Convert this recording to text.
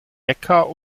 neckar